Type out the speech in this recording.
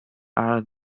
are